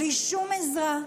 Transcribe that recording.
בלי שום עזרה,